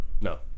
No